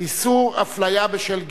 איסור אפליה בשל גיל.